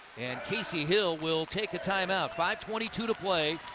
casey hill will take a time-out. five twenty two to play.